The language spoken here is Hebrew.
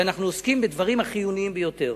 שאנחנו עוסקים בדברים החיוניים ביותר.